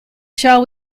shall